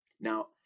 Now